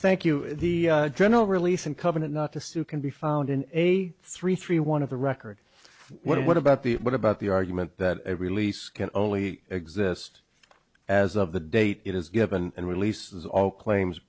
thank you the general release and covenant not to sue can be found in a three three one of the records what about the what about the argument that release can only exist as of the date it is given and releases all claims